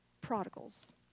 prodigals